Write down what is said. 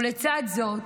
לצד זאת